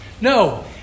No